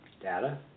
Data